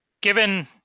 Given